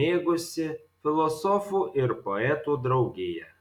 mėgusi filosofų ir poetų draugiją